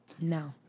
No